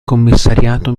commissariato